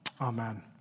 amen